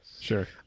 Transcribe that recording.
Sure